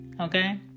okay